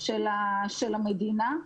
של המדינה.